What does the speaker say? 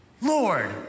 Lord